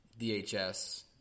DHS